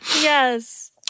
Yes